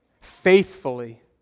faithfully